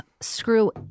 screw